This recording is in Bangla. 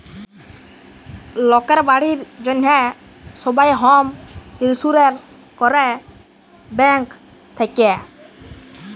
লকের বাড়ির জ্যনহে সবাই হম ইলসুরেলস ক্যরে ব্যাংক থ্যাকে